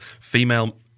female